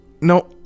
No